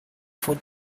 for